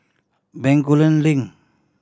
Bencoolen Link